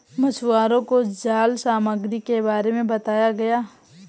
मछुवारों को जाल सामग्री के बारे में बताया गया